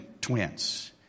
twins